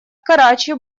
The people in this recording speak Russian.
карачи